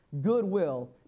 goodwill